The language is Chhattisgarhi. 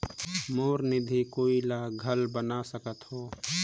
मोर निधि कोई ला घल बना सकत हो?